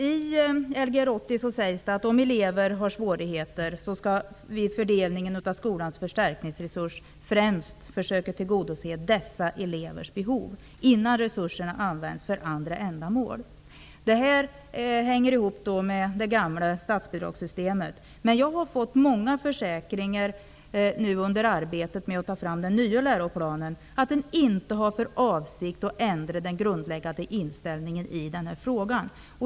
I Lgr 80 sägs det att om elever har svårigheter skall man vid fördelningen av skolans förstärkningsresurser främst försöka tillgodose dessa elevers behov innan resurserna används för andra ändamål. Detta hänger ihop med det gamla statsbidragssystemet. Under arbetet med att ta fram den nya läroplanen har jag fått många försäkringar om att man inte har för avsikt att ändra den grundläggande inställningen i den här frågan.